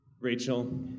Rachel